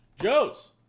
Joe's